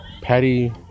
Patty